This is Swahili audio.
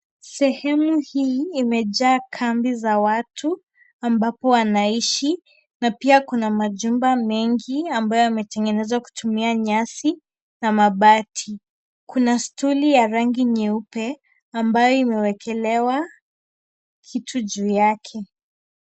Sehemu hii imejaa kambi za watu ambapo wanaishi na pia kuna majumba mengi ambayo yametengenezwa kutumia nyasi na mabati. Kuna stuli ya rangi nyeupe ambayo imewekelewa kitu juu yake.